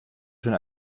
schon